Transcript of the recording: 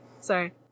sorry